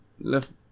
left